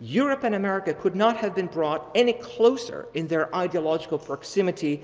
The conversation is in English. europe and american could not have been brought any closer in their ideological proximity